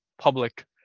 public